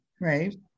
Right